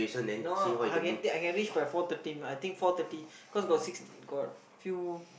no I can take I can reach by four thirty I think four thirty cause got six got few